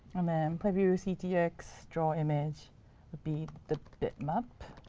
and then preview ctx draw image would be the bitmap.